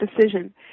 decision